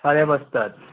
চাৰে পাঁচটাত